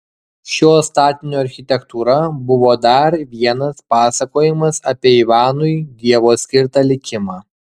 šio statinio architektūra buvo dar vienas pasakojimas apie ivanui dievo skirtą likimą